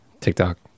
TikTok